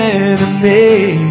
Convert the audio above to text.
enemy